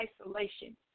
isolation